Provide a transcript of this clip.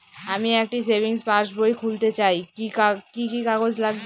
আমি একটি সেভিংস পাসবই খুলতে চাই কি কি কাগজ লাগবে?